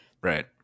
Right